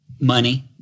Money